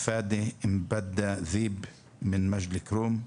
פאדי דיב ממג'ד אל-כרום,